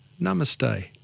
namaste